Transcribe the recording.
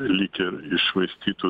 lyg ir iššvaistytų